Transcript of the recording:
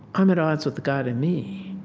i'm at odds with the god in me.